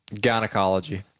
gynecology